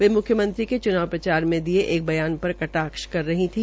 वे म्ख्यमंत्री के च्नावप्रचार में एक बयान पर कटाक्ष कर रही थी